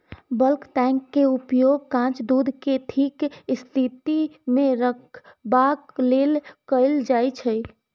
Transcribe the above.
bulk tank के उपयोग कांच दूध कें ठीक स्थिति मे रखबाक लेल कैल जाइ छै